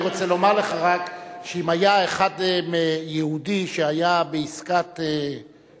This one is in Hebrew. אני רוצה לומר לך רק שאם היה יהודי אחד בעסקת שליט